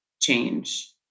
change